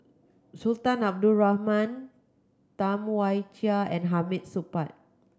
Sultan Abdul Rahman Tam Wai Jia and Hamid Supaat